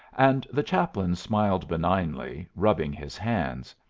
and the chaplain smiled benignly, rubbing his hands.